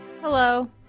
hello